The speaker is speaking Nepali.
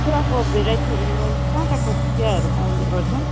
चियाको भेराइटीहरू कहाँ कहाँको चियाहरू पाउने गर्छन्